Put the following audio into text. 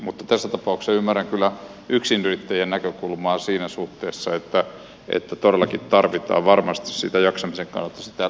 mutta tässä tapauksessa ymmärrän kyllä yksinyrittäjän näkökulmaa siinä suhteessa että todellakin tarvitaan varmasti jaksamisen kannalta sitä lepopäivää